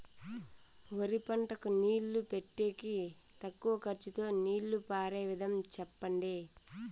వరి పంటకు నీళ్లు పెట్టేకి తక్కువ ఖర్చుతో నీళ్లు పారే విధం చెప్పండి?